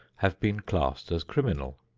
have been classed as criminal.